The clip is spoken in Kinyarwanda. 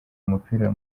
umupira